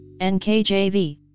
NKJV